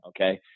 okay